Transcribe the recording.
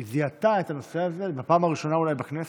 היא זיהתה את הנושא הזה בפעם הראשונה אולי בכנסת.